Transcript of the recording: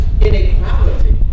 inequality